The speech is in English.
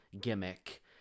gimmick